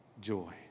joy